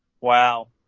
Wow